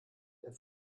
der